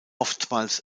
oftmals